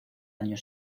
año